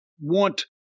want